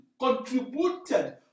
contributed